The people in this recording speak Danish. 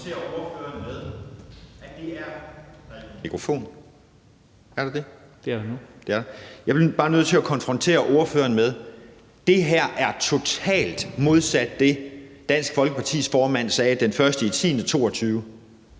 det her er totalt modsat det, Dansk Folkepartis formand sagde den 1. oktober